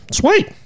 sweet